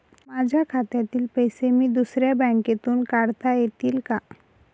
माझ्या खात्यातील पैसे मी दुसऱ्या बँकेतून काढता येतील का?